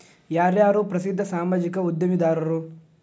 ಯಾರ್ಯಾರು ಪ್ರಸಿದ್ಧ ಸಾಮಾಜಿಕ ಉದ್ಯಮಿದಾರರು